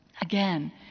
Again